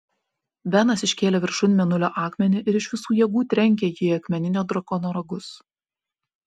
benas iškėlė viršun mėnulio akmenį ir iš visų jėgų trenkė jį į akmeninio drakono ragus